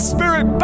Spirit